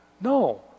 No